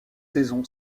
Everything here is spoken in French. saison